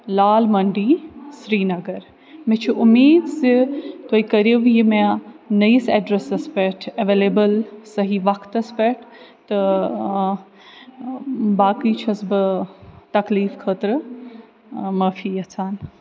لال Mandi Srinagar مےٚ چھُ اُمیٖد زِ تُہۍ کٔرِو یہِ مےٚ نٔیِس اٮ۪ڈرسَس پٮ۪ٹھ اٮ۪وٮ۪لیبٕل صحیح وقتَس پٮ۪ٹھ تہٕ باقٕے چھَس بہٕ تکلیٖف خٲطرٕ معٲفی یَژھان